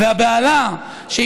והבהלה הייתה